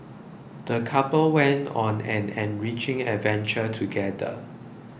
the couple went on an enriching adventure together